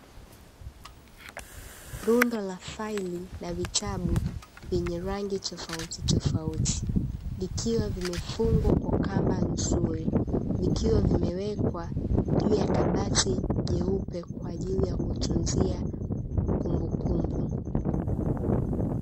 Rundo la faili la vitabu vyenye rangi tofautitofauti, vikiwa vimefungwa kwa kamba nzuri, vikiwa vimewekwa juu ya kabati jeupe kwa ajili ya kutunzia kumbukumbu.